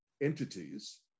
entities